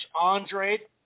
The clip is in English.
Andre